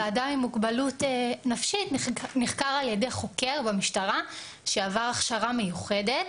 ואדם עם מוגבלות נפשית נחקר על ידי חוקר במשטרה שעבר הכשרה מיוחדת,